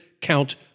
Count